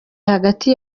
hagati